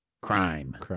crime